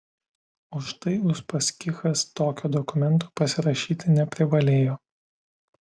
o štai uspaskichas tokio dokumento pasirašyti neprivalėjo